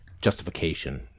justification